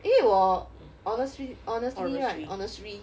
因为我 honestly honestly right honestly